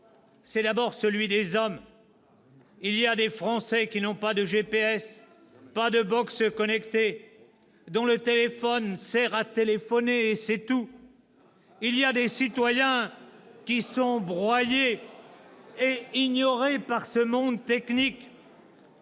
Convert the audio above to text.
des hommes !» Et des femmes !« Il y a des Français qui n'ont pas de GPS, pas de connectée, dont le téléphone sert à téléphoner, et c'est tout ! Il y a des citoyens qui sont broyés et ignorés par ce monde technique.